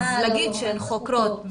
אז להגיד שהן חוקרות,